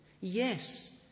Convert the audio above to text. Yes